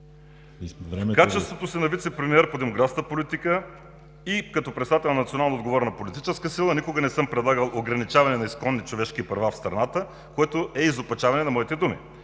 В качеството си на вицепремиер по демографската политика и като председател на национално отговорна политическа сила никога не съм предлагал ограничаване на изконни човешки права в страната, което е изопачаване на моите думи.